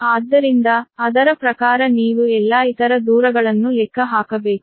ಆದ್ದರಿಂದ ಅದರ ಪ್ರಕಾರ ನೀವು ಎಲ್ಲಾ ಇತರ ಡಿಸ್ಟೆನ್ಸ್ ಗಳನ್ನು ಲೆಕ್ಕ ಹಾಕಬೇಕು